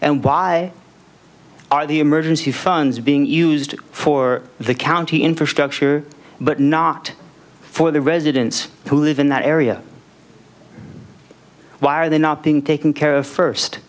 and why are the emergency funds being used for the county infrastructure but not for the residents who live in that area why are they not being taken care of first